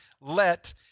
let